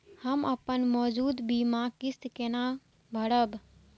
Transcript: हम अपन मौजूद बीमा किस्त केना भरब?